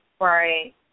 Right